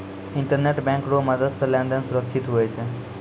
internet bank रो मदद से लेन देन सुरक्षित हुवै छै